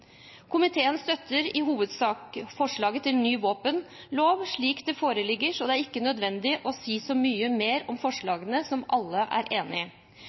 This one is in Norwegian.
Komiteen støtter i hovedsak forslaget til ny våpenlov slik det foreligger, så det er ikke nødvendig å si så mye mer om forslagene, som alle er enig